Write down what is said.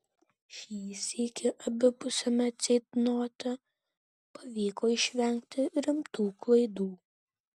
šį sykį abipusiame ceitnote pavyko išvengti rimtų klaidų